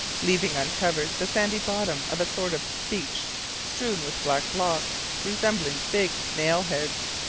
leaving uncovered the sandy bottom of a sort of beach strewn with black blocks, resembling big nail-heads.